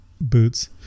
boots